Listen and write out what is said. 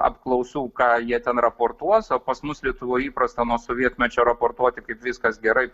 apklausų ką jie ten raportuos o pas mus lietuvoj įprasta nuo sovietmečio raportuoti kaip viskas gerai